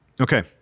Okay